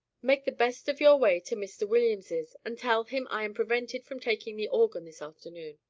make the best of your way to mr. williams's, and tell him i am prevented from taking the organ this afternoon.